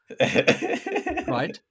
right